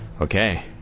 Okay